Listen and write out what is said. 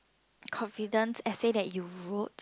confidence essay that you wrote